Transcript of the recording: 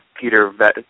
Peter